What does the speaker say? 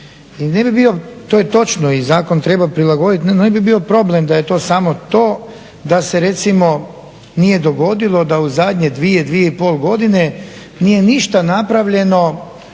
I ne bih bio, to je točno i zakon treba prilagoditi. Ne bi bio problem da je to samo to da se recimo nije dogodilo da u zadnje dvije, dvije i pol godine nije ništa napravljeno